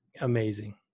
amazing